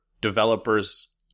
developers